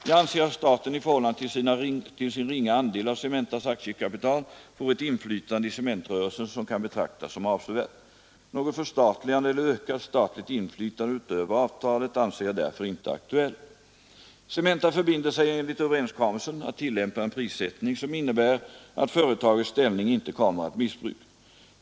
Jag anser att staten i förhållande till sin ringa andel av Cementas aktiekapital får ett inflytande i cementrörelsen som kan betraktas som avsevärt. Något förstatligande eller ökat statligt inflytande utöver avtalet anser jag därför inte aktuellt. Cementa förbinder sig enligt överenskommelsen att tillämpa en prissättning som innebär att företagets ställning inte kommer att missbrukas.